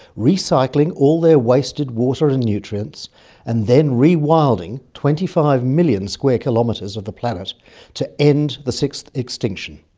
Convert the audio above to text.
recycling all their wasted water and nutrients and then rewilding twenty five million square kilometres of the planet to end the sixth extinction,